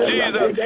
Jesus